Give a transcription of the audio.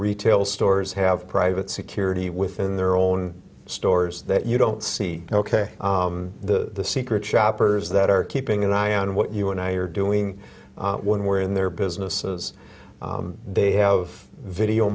retail stores have private security within their own stores that you don't see ok the secret shoppers that are keeping an eye on what you and i are doing when we're in their businesses they have video